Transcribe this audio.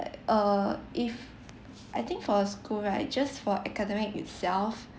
uh if I think for school right just for academic itself